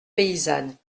paysanne